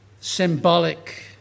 symbolic